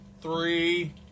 Three